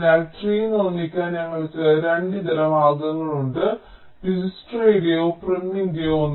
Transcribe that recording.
അതിനാൽ ട്രീ നിർമ്മിക്കാൻ ഞങ്ങൾക്ക് 2 ഇതര മാർഗങ്ങളുണ്ട് ദിജ്ക്സ്ട്രയുടെയോ പ്രിമിന്റെയോ